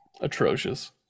atrocious